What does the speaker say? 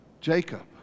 Jacob